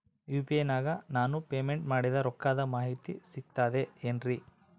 UPI ನಾಗ ನಾನು payment ಮಾಡಿದ ರೊಕ್ಕದ ಮಾಹಿತಿ ಸಿಕ್ತದೆ ಏನ್ರಿ?